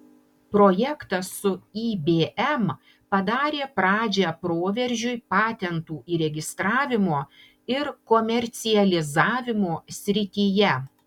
projektas su ibm padarė pradžią proveržiui patentų įregistravimo ir komercializavimo srityje